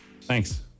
Thanks